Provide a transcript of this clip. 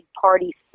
party